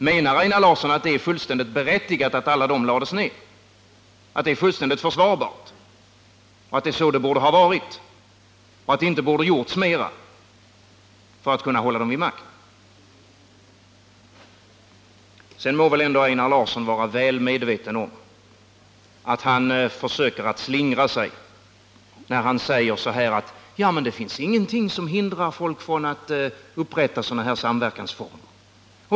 Menar Einar Larsson att det är fullständigt berättigat att alla de här enheterna lagts ner, att det är försvarbart, att det är som det skall vara, att man inte borde ha gjort mera för att hålla dem vid makt? Einar Larsson borde vara väl medveten om att han försöker slingra sig när han säger: Det finns ingenting som hindrar folk från att upprätta sådana här samverkansformer.